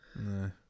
no